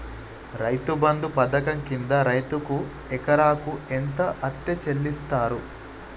రైతు బంధు పథకం కింద రైతుకు ఎకరాకు ఎంత అత్తే చెల్లిస్తరు?